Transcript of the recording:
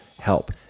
help